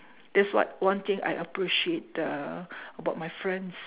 that's what one thing I appreciate uh about my friends